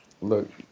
look